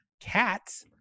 Cats